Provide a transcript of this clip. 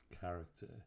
character